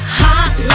hot